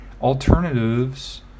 alternatives